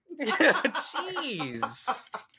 Jeez